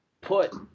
put